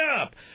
up